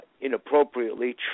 inappropriately